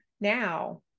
now